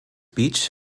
beach